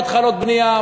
יש פה התחלות בנייה,